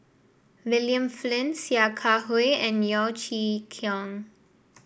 William Flint Sia Kah Hui and Yeo Chee Kiong